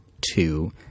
two